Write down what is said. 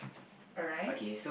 alright